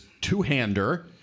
two-hander